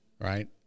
Right